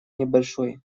небольшой